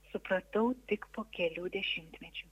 supratau tik po kelių dešimtmečių